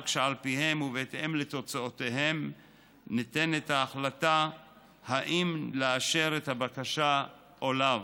שעל פיהן ובהתאם לתוצאותיהן ניתנת ההחלטה אם לאשר את הבקשה אם לאו: